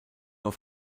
auf